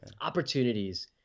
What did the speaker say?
Opportunities